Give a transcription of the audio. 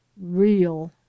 real